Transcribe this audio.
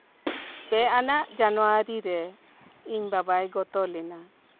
ᱯᱮ ᱟᱱᱟᱜ ᱡᱟᱱᱩᱣᱟᱨᱤ ᱨᱮ ᱤᱧ ᱵᱟᱵᱟᱭ ᱜᱚᱛᱚ ᱞᱮᱱᱟ